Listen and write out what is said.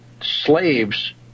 slaves